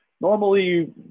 normally